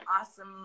awesome